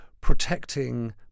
protecting